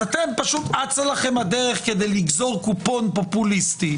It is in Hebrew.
אז אתם פשוט אצה לכם הדרך כדי לגזור קופון פופוליסטי.